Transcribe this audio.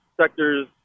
sectors